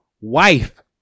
wife